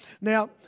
Now